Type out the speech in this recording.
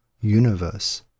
universe